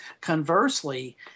conversely